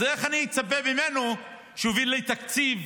אז איך אני אצפה ממנו שיביא לי תקציב,